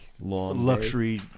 luxury